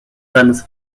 seines